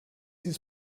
his